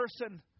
person